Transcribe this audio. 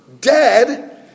dead